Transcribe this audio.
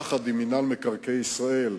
יחד עם מינהל מקרקעי ישראל,